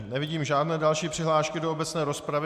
Nevidím žádné další přihlášky do obecné rozpravy.